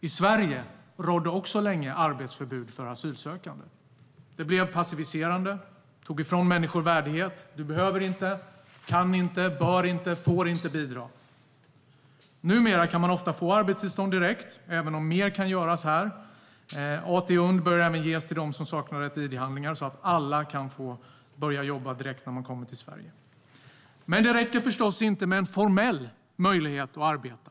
I Sverige rådde också länge arbetsförbud för asylsökande. Det blev passiviserande och tog ifrån människor värdighet: Du behöver inte, kan inte, bör inte och får inte bidra. Numera kan människor ofta få arbetstillstånd direkt, även om mer kan göras här. AT-UND bör även ges till dem som saknar rätt id-handlingar, så att alla kan få börja jobba direkt när de kommer till Sverige. Men det räcker förstås inte med en formell möjlighet att arbeta.